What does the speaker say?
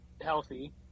healthy